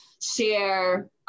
share